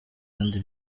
kandi